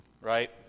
right